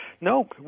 No